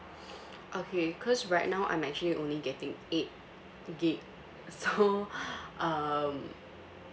okay cause right now I'm actually only getting eight gig so um